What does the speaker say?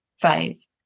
phase